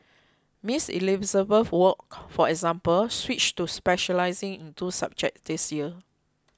Miss Elizabeth Wok for example switched to specialising in two subjects this year